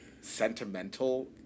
sentimental